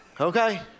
okay